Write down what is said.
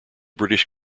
british